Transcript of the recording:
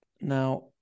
Now